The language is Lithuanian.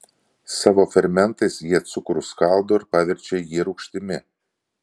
savo fermentais jie cukrų skaldo ir paverčia jį rūgštimi